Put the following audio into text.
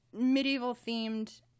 medieval-themed